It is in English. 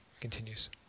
continues